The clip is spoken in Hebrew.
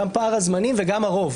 גם פער הזמנים וגם הרוב.